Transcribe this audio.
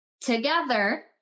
together